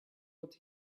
what